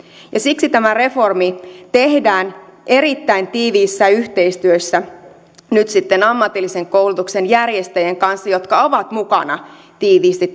siksi tämä reformi tehdään erittäin tiiviissä yhteistyössä nyt sitten ammatillisen koulutuksen järjestäjien kanssa jotka ovat mukana tiiviisti